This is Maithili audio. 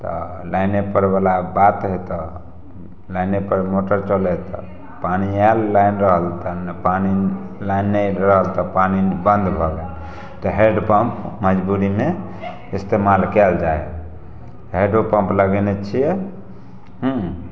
तऽ लाइने पर बला बात है तऽ लाइने पर मोटर चलै है तऽ पानि आयल लाइन रहल तऽ पानि लाइन नहि रहल तऽ पानि बन्द भऽ गेल तऽ हैण्डपम्प मजबूरीमे इस्तेमाल कयल जाइ है हैण्डोपम्प लगेने छियै हूँ